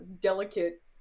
delicate